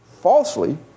falsely